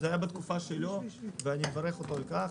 זה היה בתקופה שלו, ואני מברך אותו על כך.